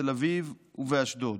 בתל אביב ובאשדוד,